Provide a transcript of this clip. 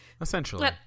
Essentially